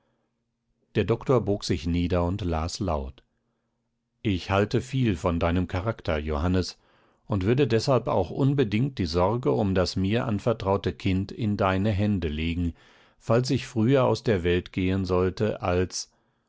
der doktor bog sich nieder und las laut ich halte viel von deinem charakter johannes und würde deshalb auch unbedingt die sorge um das mir anvertraute kind in deine hände legen falls ich früher aus der welt gehen sollte als